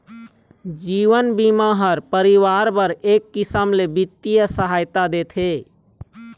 जीवन बीमा ह परिवार बर एक किसम ले बित्तीय सहायता देथे